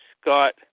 Scott